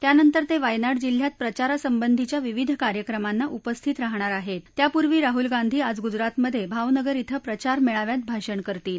त्यानंतर त वियनाड जिल्ह्यात प्रचारासंबंधीच्या विविध कार्यक्रमांना उपस्थित रहाणार आहृत्ती त्यापूर्वी राहुल गांधी आज गुजरातमध भावनगर शिं प्रचार मळीव्यात भाषण करतील